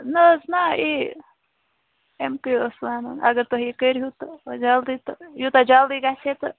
نہَ حظ نہِ یی اَمکُے اوس وَنُن اَگر تُہۍ یہِ کٔرۍہِیٖٛوٗ تہٕ یوٗتاہ جَلدی گژھِ ہے تہٕ